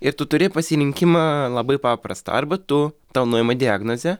ir tu turi pasirinkimą labai paprastą arba tu tau nuima diagnozę